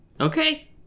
okay